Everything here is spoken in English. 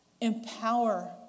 empower